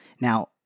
Now